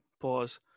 Pause